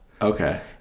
Okay